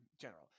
general